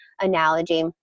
analogy